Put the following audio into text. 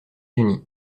unis